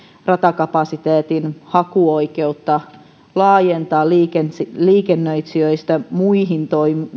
ratakapasiteetin hakuoikeutta laajentaa liikennöitsijöistä muihin